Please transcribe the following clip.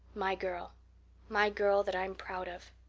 my girl my girl that i'm proud of.